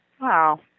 Wow